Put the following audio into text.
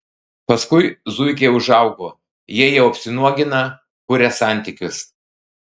paskui zuikiai užaugo jie jau apsinuogina kuria santykius